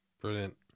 Brilliant